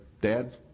Dad